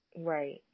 Right